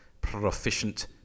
proficient